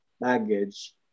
baggage